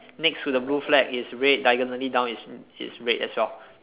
next to the blue flag is red diagonally down is it's red as well